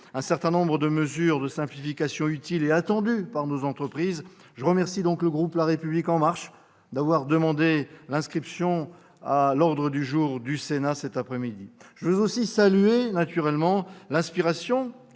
un certain nombre de mesures de simplification utiles et attendues par nos entreprises. Je remercie donc le groupe La République En Marche d'en avoir demandé l'inscription à l'ordre du jour du Sénat cet après-midi. Je veux aussi saluer l'inspiration